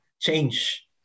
change